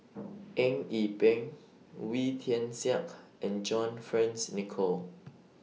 Eng Yee Peng Wee Tian Siak and John Fearns Nicoll